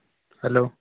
hello